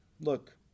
Look